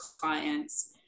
clients